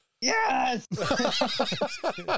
Yes